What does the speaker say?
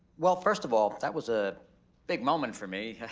well first of all, that was a big moment for me,